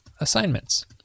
assignments